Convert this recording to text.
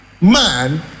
man